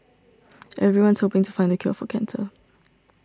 everyone's hoping to find the cure for cancer